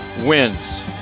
wins